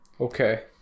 okay